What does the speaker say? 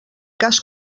cas